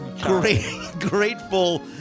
grateful